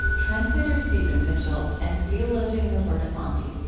translator stephen mitchell, and theologian roberta bondi.